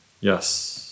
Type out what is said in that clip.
Yes